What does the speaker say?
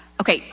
Okay